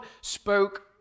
spoke